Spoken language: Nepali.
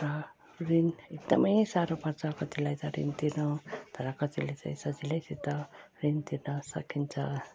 र ऋण एकदमै साह्रो पर्छ कतिलाई त ऋण तिर्नु तर कतिले त सजिलैसित ऋण तिर्न सकिन्छ